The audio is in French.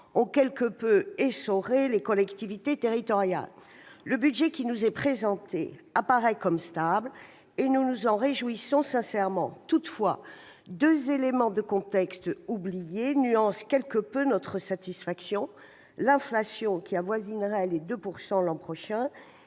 ont quelque peu essoré les collectivités territoriales. Le budget qui nous est présenté est stable. Nous nous en réjouissons sincèrement. Toutefois, deux éléments de contexte oubliés nuancent quelque peu notre satisfaction : l'inflation, dont le taux avoisinerait 2 % l'an prochain,